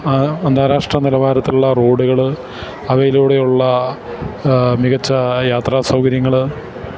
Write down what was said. അന്താരാഷ്ട്ര നിലവാരത്തിലുള്ള റോഡുകള് അവയിലൂടെയുള്ള മികച്ച യാത്രാസൗകര്യങ്ങള്